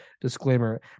Disclaimer